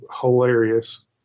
hilarious